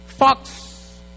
Fox